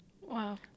Wow